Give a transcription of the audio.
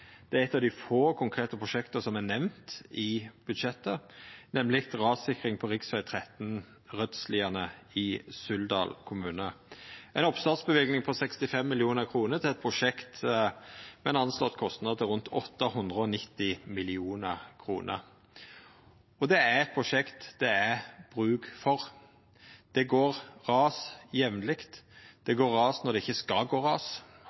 Det er eit av dei få konkrete prosjekta som er nemnde i budsjettet, nemleg rassikring på rv. 13 Rødsliane i Suldal kommune. Det er ei oppstartsløyving på 65 mill. kr til eit prosjekt med ein anslått kostnad på rundt 890 mill. kr. Det er eit prosjekt det er bruk for. Det går ras der jamleg. Det går ras når det ikkje skal gå ras,